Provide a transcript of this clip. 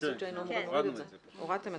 הורדנו את זה.